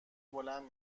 بلند